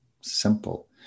simple